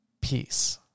peace